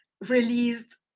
released